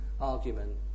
argument